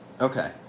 Okay